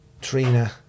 Trina